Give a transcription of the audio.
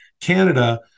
Canada